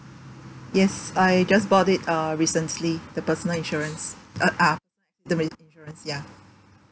yes I just bought it uh recently the personal insurance uh ah the insurance ya